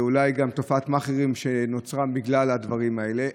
ואולי גם תופעת מאכערים נוצרה בגלל הדברים האלה.